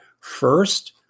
first